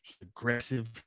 aggressive